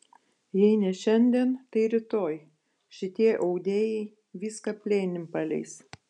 jei ne šiandien tai rytoj šitie audėjai viską plėnim paleis